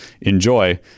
Enjoy